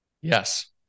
Yes